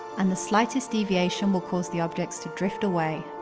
and the slightest deviation will cause the objects to drift away.